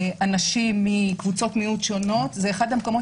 אנשים מקבוצות מיעוט שונות זה אחד המקומות